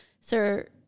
Sir